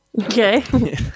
Okay